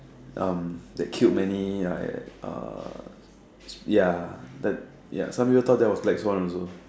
um that killed many like uh ya that ya some people thought that was like Black Swan also